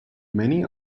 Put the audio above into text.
many